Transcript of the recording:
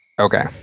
Okay